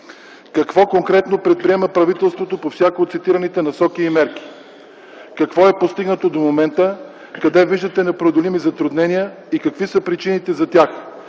Какво конкретно предприема правителството по всяка от цитираните насоки и мерки? Какво е постигнато до момента, къде виждате непреодолими затруднения и какви са причините за тях?